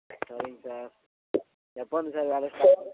சரிங்க சார் எப்போ இருந்து சார் வேலை ஸ்டார்ட்